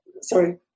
Sorry